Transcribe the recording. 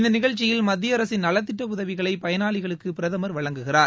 இந்த நிகழ்ச்சியில் மத்தியஅரசின் நலத்திட்ட உதவிகளை பயனாளிகளுக்கு பிரதமர் வழங்குகிறார்